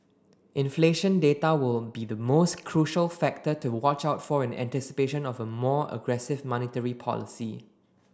inflation data will be the most crucial factor to watch out for in anticipation of a more aggressive monetary policy